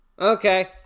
Okay